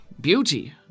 Beauty